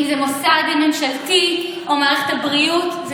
אם זה מוסד ממשלתי ואם זו מערכת הבריאות.